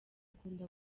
akunda